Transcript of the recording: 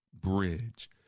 bridge